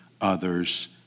others